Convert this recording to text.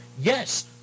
yes